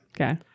Okay